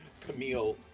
Camille